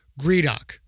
Greedock